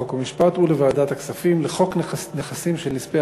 חוק ומשפט ולוועדת הכספים לחוק נכסים של נספי